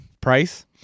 price